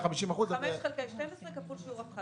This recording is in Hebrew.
5 חלקי 12 כפול שיעור הפחת.